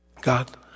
God